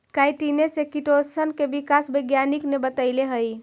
काईटिने से किटोशन के विकास वैज्ञानिक ने बतैले हई